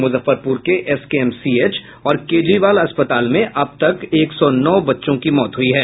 मुजफ्फरपुर के एसकेएमसीएच और केजरीवाल अस्पताल में अब तक एक सौ नौ बच्चों की मौत हुई है